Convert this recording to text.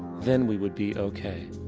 then we would be okay.